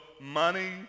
money